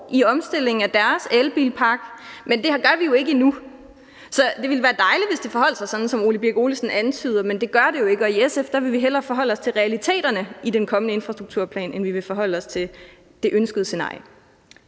i omstillingen af deres elbilpark, men der er vi jo ikke endnu. Så det ville være dejligt, hvis det forholdt sig sådan, som hr. Ole Birk Olesen antyder, men det gør det ikke, og i SF vil vi hellere forholde os til realiteterne i den kommende infrastrukturplan, end vi vil forholde os til det ønskede scenarie.